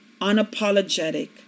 unapologetic